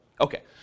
Okay